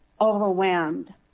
overwhelmed